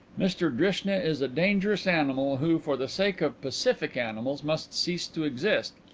mr drishna is a dangerous animal who for the sake of pacific animals must cease to exist.